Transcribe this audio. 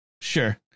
sure